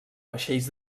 vaixells